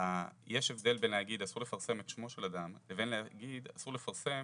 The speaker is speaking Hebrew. יש הבדל בין להגיד שאסור לפרסם את שמו של אדם לבין להגיד שאסור לפרסם